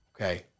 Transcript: okay